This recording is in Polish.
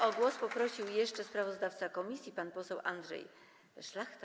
O głos poprosił jeszcze sprawozdawca komisji pan poseł Andrzej Szlachta.